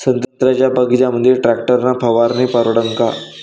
संत्र्याच्या बगीच्यामंदी टॅक्टर न फवारनी परवडन का?